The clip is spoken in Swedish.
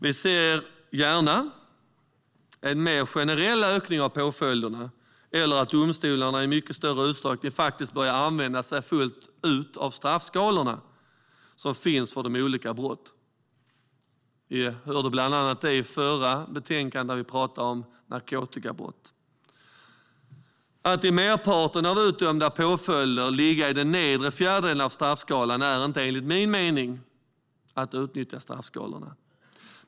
Vi ser gärna en mer generell skärpning av påföljderna eller att domstolarna i mycket större utsträckning faktiskt börjar använda sig fullt ut av de straffskalor som finns för olika brott. Vi hörde om detta bland annat när vi diskuterade förra betänkandet om narkotikabrott. Att merparten av de utdömda påföljderna ligger i den nedre fjärdedelen av straffskalan är enligt min mening inte att utnyttja straffskalorna.